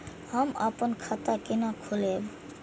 हम अपन खाता केना खोलैब?